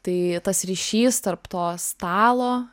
tai tas ryšys tarp to stalo